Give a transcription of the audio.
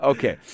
Okay